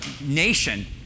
nation